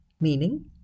meaning